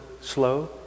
slow